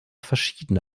verschiedene